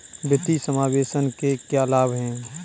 वित्तीय समावेशन के क्या लाभ हैं?